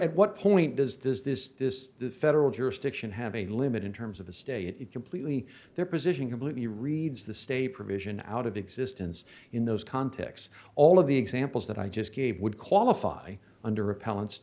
at what point does this this this the federal jurisdiction have a limit in terms of a state it completely their position completely reads the state provision out of existence in those contexts all of the examples that i just gave would qualify under repellents